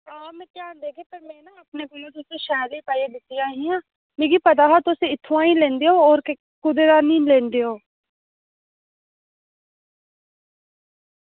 हां में ध्यान देगी पर में ना अपने कोला तुसेंगी शैल गै पाइयै दित्तियां हियां मिगी पता हा तुस इत्थुआं ई लेंदे ओ होर कुदै दा निं लेंदे ओ